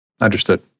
Understood